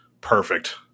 perfect